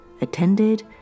attended